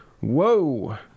Whoa